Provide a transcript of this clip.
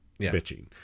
bitching